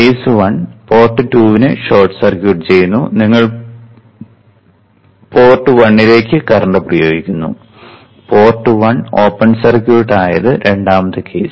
case 1 port 2 നെ short circuit ചെയ്യുന്നു നിങ്ങൾ പോർട്ട് 1 ലേക്ക് കറന്റ് പ്രയോഗിക്കുന്നു പോർട്ട് 1 ഓപ്പൺ സർക്യൂട്ട് ആയത് രണ്ടാമത്തെ കേസ്